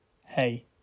Hey